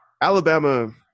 Alabama